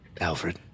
Alfred